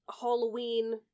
Halloween